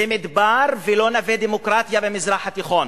זה מדבר ולא נווה דמוקרטיה במזרח התיכון.